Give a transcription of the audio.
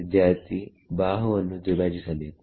ವಿದ್ಯಾರ್ಥಿಬಾಹುವನ್ನು ದ್ವಿಭಜಿಸಬೇಕು